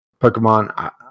Pokemon